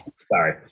Sorry